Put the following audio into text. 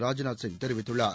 ராஜ்நாத் சிங் தெரிவித்துள்ளார்